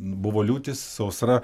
buvo liūtis sausra